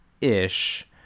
ish